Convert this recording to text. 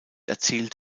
erzielt